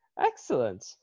Excellent